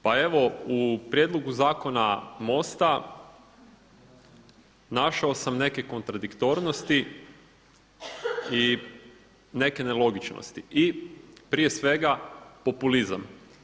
Pa evo u prijedlogu zakona MOST-a našao sam neke kontradiktornosti i nelogičnosti, i prije svega populizam.